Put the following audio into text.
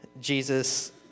Jesus